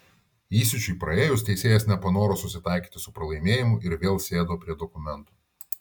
įsiūčiui praėjus teisėjas nepanoro susitaikyti su pralaimėjimu ir vėl sėdo prie dokumento